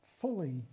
fully